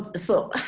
ah so,